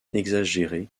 exagérée